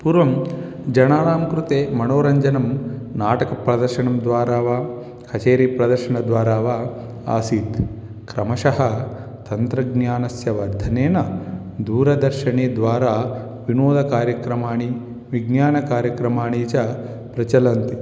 पूर्वं जनानां कृते मनोरञ्चनं नाटकप्रदर्शनद्वारा वा कचेरी प्रदर्शनद्वारा वा आसीत् क्रमशः तन्त्रज्ञानस्य वर्धनेन दूरदर्शनद्वारा विनोदकार्यक्रमाणि विज्ञानकार्यक्रमाणि च प्रचलन्ति